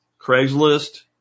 Craigslist